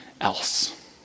else